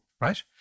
right